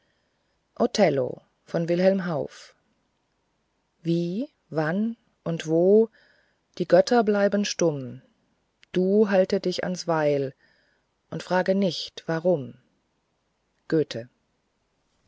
wie wann und wo die götter bleiben stumm du halte dich ans weil und frage nicht warum goethe